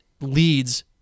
leads